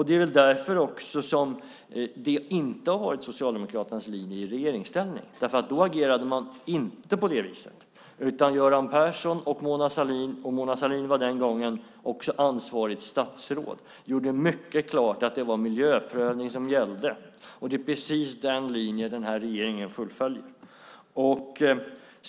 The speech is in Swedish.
Det är väl också därför som detta inte har varit Socialdemokraternas linje i regeringsställning, för då agerade man inte på det sättet. Göran Persson och Mona Sahlin - Mona Sahlin var den gången också ansvarigt statsråd - gjorde tvärtom mycket klart att det var miljöprövning som gällde, och det är precis den linjen som den här regeringen fullföljer.